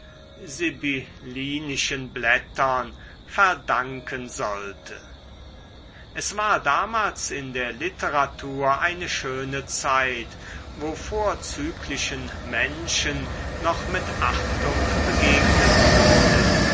sibyllinischen blättern verdanken sollte es war damals in der literatur eine schöne zeit wo vorzüglichen menschen noch mit achtung begegnet wurde